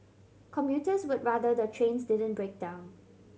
commuters would rather the trains didn't break down